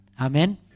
Amen